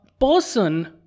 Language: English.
person